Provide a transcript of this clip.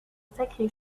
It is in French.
sacré